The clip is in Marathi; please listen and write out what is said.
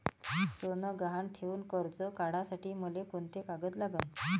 सोनं गहान ठेऊन कर्ज काढासाठी मले कोंते कागद लागन?